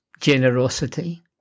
generosity